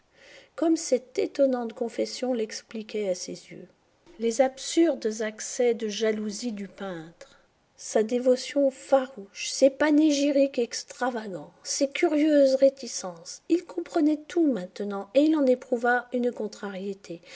comme cette étonnante confession l'expliquait à ses yeux les absurdes accès de jalousie du peintre sa dévotion farouche ses panégyriques extravagants ses curieuses réticences il comprenait tout maintenant et il en éprouva une contrariété